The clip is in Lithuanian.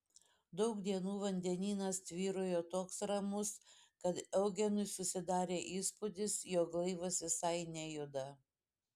daug dienų vandenynas tvyrojo toks ramus kad eugenui susidarė įspūdis jog laivas visai nejuda